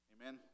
Amen